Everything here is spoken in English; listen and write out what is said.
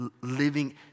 Living